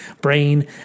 brain